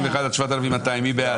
4,881 עד 4,900, מי בעד?